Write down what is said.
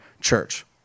church